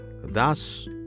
Thus